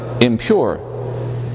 impure